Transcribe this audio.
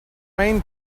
main